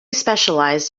specialized